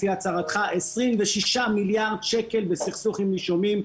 לפי הצהרתך 26 מיליארד שקלים בסכסוך עם נישומים.